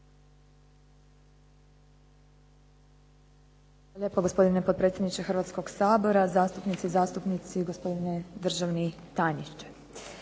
lijepo gospodine potpredsjedniče Hrvatskog sabora, zastupnice i zastupnici, gospodine državni tajniče.